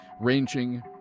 ranging